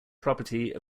property